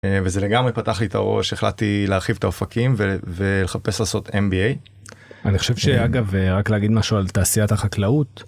וזה לגמרי פתח לי את הראש החלטתי להרחיב את האופקים ולחפש לעשות mba אני חושב שאגב רק להגיד משהו על תעשיית החקלאות.